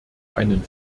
einen